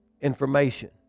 information